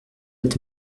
est